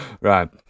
Right